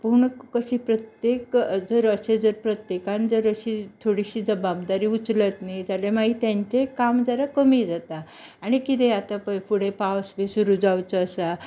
पूण कशी प्रत्येक जर अशें जर प्रत्येकान जर अशी थोडीशी जबाबदारी उचलत न्ही जाल्यार मागीर तेंचें काम जाल्यार कमी जाता आनी कितें आता पळय फुडें पावस बी सुरू जावचो आसा